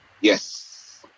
Yes